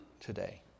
today